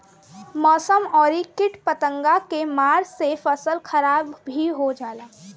मौसम अउरी किट पतंगा के मार से फसल खराब भी हो जाला